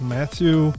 Matthew